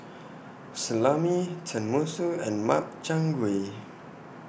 Salami Tenmusu and Makchang Gui